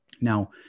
Now